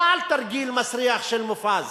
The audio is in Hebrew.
לא על תרגיל מסריח של מופז.